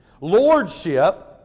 Lordship